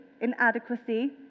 inadequacy